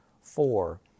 four